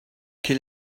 quel